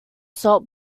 salt